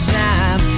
time